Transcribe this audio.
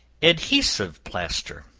adhesive plaster.